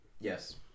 Yes